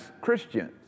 Christians